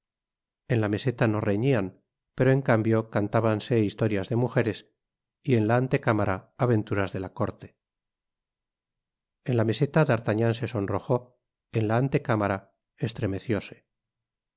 en la meseta no reñían pero en cambio cantábanse historias de mujeres y en la antecámara aventuras de la corte en la meseta d'artagnan se sonrojó en la antecámara estremecióse